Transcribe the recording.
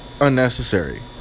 unnecessary